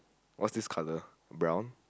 what's this color brown